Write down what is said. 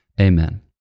amen